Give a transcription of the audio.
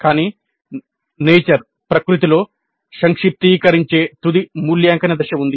కానీ ప్రకృతి తుది మూల్యాంకన దశ ఉంది